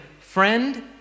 Friend